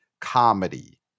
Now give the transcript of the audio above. comedy